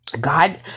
God